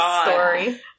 story